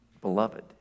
beloved